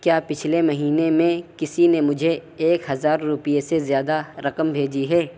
کیا پچھلے مہینے میں کسی نے مجھے ایک ہزار روپے سے زیادہ رقم بھیجی ہے